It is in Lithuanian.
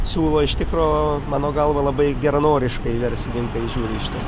siūlo iš tikro mano galva labai geranoriškai verslininkai žiūri į šitas